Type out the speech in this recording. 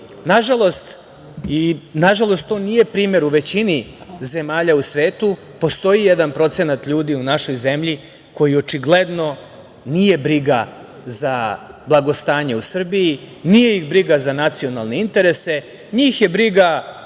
zemlju. Nažalost i nažalost to nije primer u većini zemalja u svetu. Postoji jedan procenat ljudi u našoj zemlji koje očigledno nije briga za blagostanje u Srbiji, nije ih briga za nacionalne interese, njih je briga